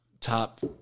top